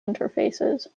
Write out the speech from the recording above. interfaces